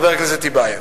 חבר הכנסת טיבייב.